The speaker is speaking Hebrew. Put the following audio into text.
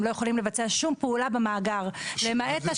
הם לא יכולים לבצע שום פעולה במאגר למעט הטבעה.